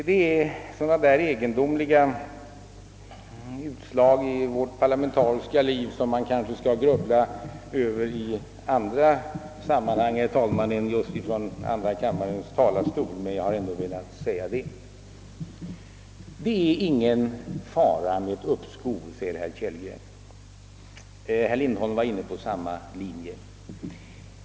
Det är sådana egendomliga utslag i vårt parlamentariska liv som man kanske skall grubbla över i andra sammanhang, herr talman, än just från andra kammarens talarstol, men jag har ändå velat fästa uppmärksamheten härpå. Det är inte någon fara med ett upp skov, framhåller herr Kellgren, och herr Lindholm var inne på samma linje.